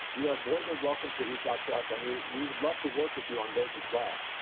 you are more than welcome to reach out to us and we we would love to work with you on those as well.